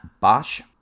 Bosch